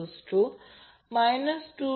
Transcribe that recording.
तर हे volt ampere आहे